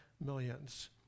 millions